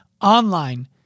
online